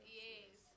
yes